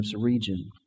region